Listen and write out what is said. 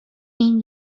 این